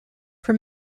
for